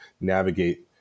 navigate